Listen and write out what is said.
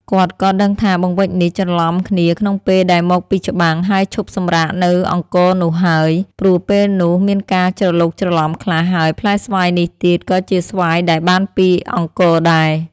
គាត់ក៏ដឹងថា បង្វេចនេះច្រឡំគ្នាក្នុងពេលដែលមកពីច្បាំង ហើយឈប់សម្រាកនៅអង្គរនោះហើយ ព្រោះពេលនោះមានការច្រឡូកច្រឡំខ្លះ ហើយផ្លែស្វាយនេះទៀត ក៏ជាស្វាយដែលបានពីអង្គរដែរ។